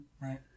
Right